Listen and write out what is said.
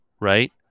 right